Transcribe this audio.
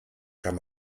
kann